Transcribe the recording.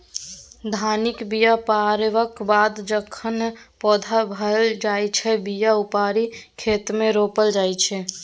धानक बीया पारबक बाद जखन पैघ भए जाइ छै बीया उपारि खेतमे रोपल जाइ छै